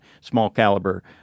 small-caliber